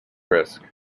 risk